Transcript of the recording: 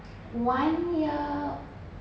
one year